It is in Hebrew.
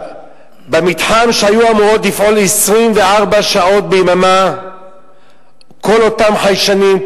במתחם שהיו אמורים לפעול בו 24 שעות ביממה כל אותם חיישנים,